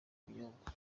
ibinyobwa